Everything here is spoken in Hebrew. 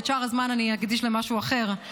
ואת שאר הזמן אני אקדיש למשהו אחר.